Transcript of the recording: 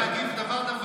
תן לי להגיב דבר-דבר.